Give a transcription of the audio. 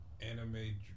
anime